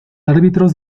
árbitros